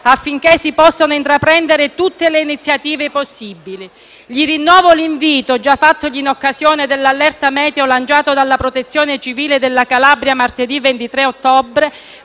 affinché si possano intraprendere tutte le iniziative possibili. Gli rinnovo l'invito, già fattogli in occasione dell'allerta meteo lanciata della Protezione civile della Calabria martedì 23 ottobre,